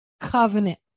covenant